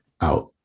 out